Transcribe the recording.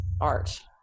art